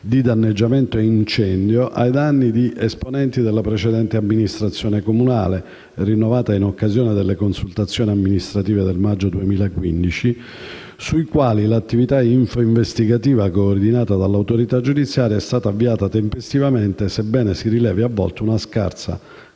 di danneggiamento e incendio ai danni di esponenti della precedente amministrazione comunale (rinnovata in occasione delle consultazioni amministrative del maggio 2015), sui quali l'attività infoinvestigativa, coordinata dalla autorità giudiziaria, è stata avviata tempestivamente, sebbene si rilevi a volte una scarsa